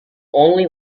only